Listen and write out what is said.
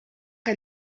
que